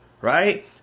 Right